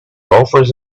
loafers